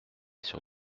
sur